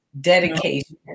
dedication